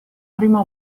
prima